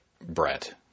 Brett